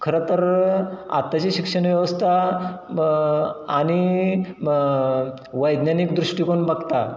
खरं तर आत्ताची शिक्षण व्यवस्था आणि वैज्ञानिक दृष्टिकोन बघता